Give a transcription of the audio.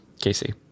Casey